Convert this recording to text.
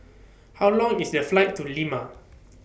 How Long IS The Flight to Lima